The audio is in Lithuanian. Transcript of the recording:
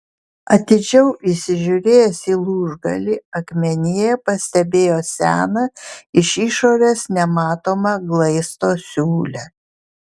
atidžiau įsižiūrėjęs į lūžgalį akmenyje pastebėjo seną iš išorės nematomą glaisto siūlę